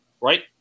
right